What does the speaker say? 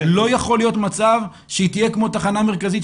לא יכול להיות מצב שהיא תהיה כמו תחנה מרכזית,